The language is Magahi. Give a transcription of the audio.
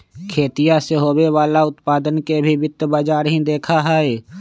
खेतीया से होवे वाला उत्पादन के भी वित्त बाजार ही देखा हई